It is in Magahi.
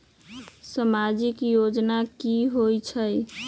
समाजिक योजना की होई छई?